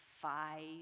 five